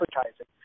advertising